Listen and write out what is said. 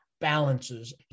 balances